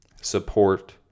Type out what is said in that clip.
support